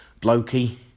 blokey